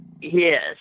yes